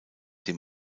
dem